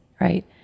right